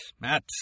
Matt